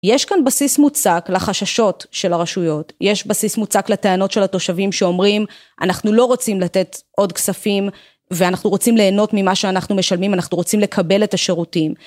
יש כאן בסיס מוצק לחששות של הרשויות, יש בסיס מוצק לטענות של התושבים שאומרים אנחנו לא רוצים לתת עוד כספים ואנחנו רוצים ליהנות ממה שאנחנו משלמים, אנחנו רוצים לקבל את השירותים